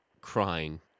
crying